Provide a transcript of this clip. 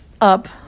Up